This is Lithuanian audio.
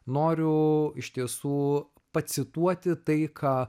noriu iš tiesų pacituoti tai ką